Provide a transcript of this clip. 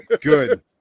good